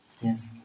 Yes